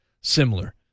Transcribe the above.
similar